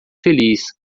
feliz